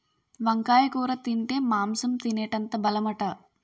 వంకాయ కూర తింటే మాంసం తినేటంత బలమట